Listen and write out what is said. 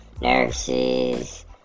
nurses